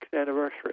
anniversary